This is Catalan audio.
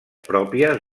pròpies